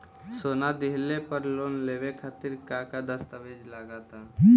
सोना दिहले पर लोन लेवे खातिर का का दस्तावेज लागा ता?